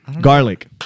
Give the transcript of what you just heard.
Garlic